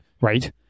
Right